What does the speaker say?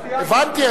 הבנתי,